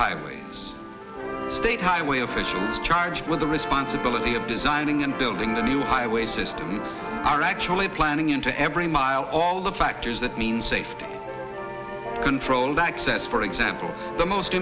highways state highway officials charged with the responsibility of designing and building the new highway system are actually planning into every mile all the factors that mean safety controlled access for example the most